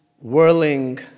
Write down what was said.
whirling